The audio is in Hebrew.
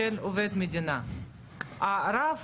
עוד לא היה לי דבר